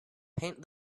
paint